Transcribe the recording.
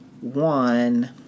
one